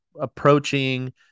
approaching